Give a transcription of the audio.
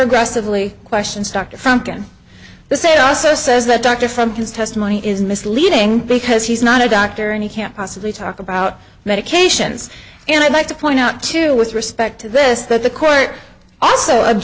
aggressively questions dr from the say also says that doctor from his testimony is misleading because he's not a doctor and he can't possibly talk about medications and i'd like to point out too with respect to this that the court also